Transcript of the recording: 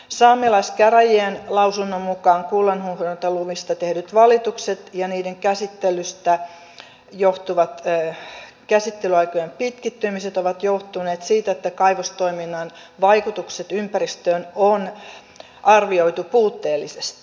saamelaiskäräjien lausunnon mukaan kullanhuuhdontaluvista tehdyt valitukset ja niiden käsittelystä johtuvat käsittelyaikojen pitkittymiset ovat johtuneet siitä että kaivostoiminnan vaikutukset ympäristöön on arvioitu puutteellisesti